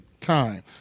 time